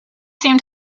seem